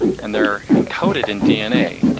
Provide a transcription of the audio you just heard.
and they're encoded in dna.